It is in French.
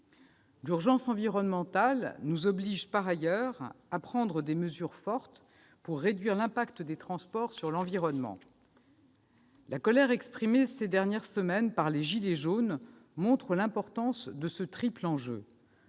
L'urgence environnementale nous oblige, par ailleurs, à prendre des mesures fortes pour réduire l'impact des transports sur l'environnement. La colère exprimée ces dernières semaines par les « gilets jaunes » montre l'importance de ce triple enjeu